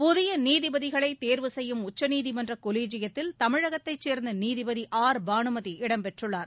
புதிய நீதிபதிகளை தேர்வு செய்யும் உச்சநீதிமன்ற கொலிஐயத்தில் தமிழகத்தை சேர்ந்த நீதிபதி ஆர் பானுதி இடம் பெற்றுள்ளார்